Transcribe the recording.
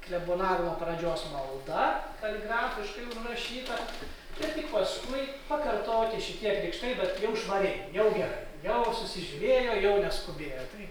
klebonavimo pradžios malda kaligrafiškai užrašyta ir tik paskui pakartoti šitie krikštai bet jau švariai jau gerai jau susižiurėjo jau neskubėjo tai